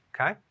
Okay